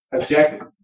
objective